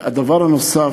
הדבר הנוסף,